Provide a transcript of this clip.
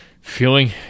feeling